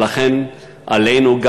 ולכן עלינו,